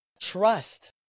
trust